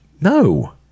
No